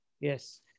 Yes